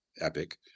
epic